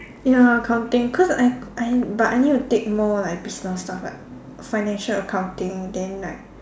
ya accounting cause I I but I need to take more like business stuff like financial accounting then like